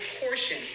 portion